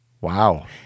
Wow